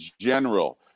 general